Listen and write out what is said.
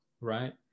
right